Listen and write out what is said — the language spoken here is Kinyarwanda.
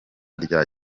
rya